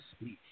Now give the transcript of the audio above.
speech